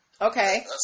Okay